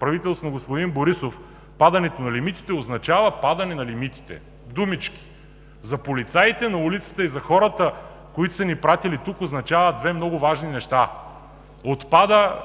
правителството на господин Борисов – падането на лимитите, означава падане на лимитите – думички. За полицаите на улицата и за хората, които са ни пратили тук, означава две много важни неща. Отпада